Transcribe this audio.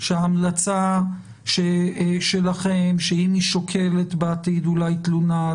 והמלצה שלכם שאם היא שוקלת בעתיד אולי תלונה,